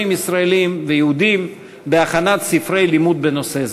ישראלים ויהודים בהכנת ספרי לימוד בנושא זה.